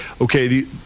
okay